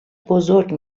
بزرگ